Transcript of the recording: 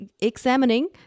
examining